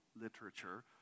literature